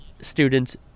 students